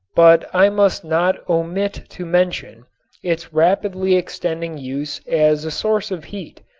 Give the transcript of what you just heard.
but i must not omit to mention its rapidly extending use as a source of heat,